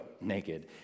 naked